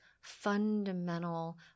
fundamental